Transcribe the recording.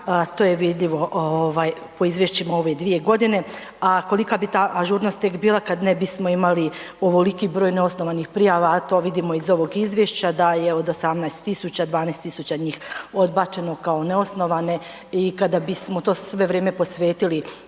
to je vidljivo ovaj po izvješćima ove dvije godine, a kolika bi ta ažurnost tek bila kad ne bismo imali ovoliki broj neosnovanih prijava, a to vidimo iz ovog izvješća da je od 18000, 12000 njih odbačeno kao neosnovane i kada bismo to sve vrijeme posvetili